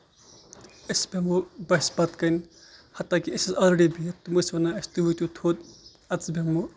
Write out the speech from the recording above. أسۍ بیٚہمو بَسہِ پَتہٕ کَنۍ ہتہ کہِ أسۍ ٲسۍ آلریڈی بِہتھ تِم ٲسۍ وَنان اسہِ تُہۍ ؤتِھو تھوٚد اَتس بیٚہمو